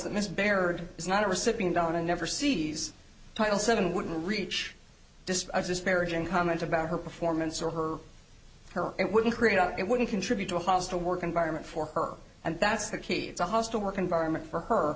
that miss baird is not a recipient on a never sees title seven wouldn't reach disparaging comment about her performance or her hair and wouldn't create a it wouldn't contribute to a hostile work environment for her and that's the key it's a hostile work environment for her